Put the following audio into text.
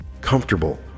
comfortable